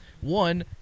One